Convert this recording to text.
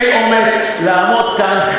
יהיה לי אומץ לעמוד כאן,